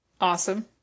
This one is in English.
Awesome